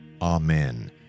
Amen